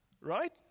Right